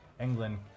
England